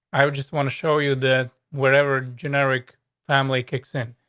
i would just want to show you that wherever generic family kicks in.